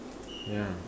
ya